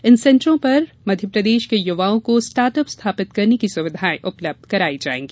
इन सेंटरों पर मध्यप्रदेश के युवाओं को स्टार्टअप स्थापित करने की सुविधाएं उपलब्ध करायी जायेंगी